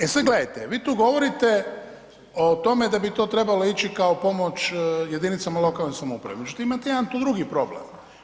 E sad gledajte, vi tu govorite o tome da bi to trebalo ići kao pomoć jedinicama lokalne samouprave, međutim imate tu jedan drugi problem.